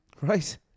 right